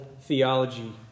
theology